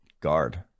guard